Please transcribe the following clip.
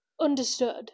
Understood